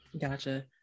gotcha